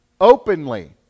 openly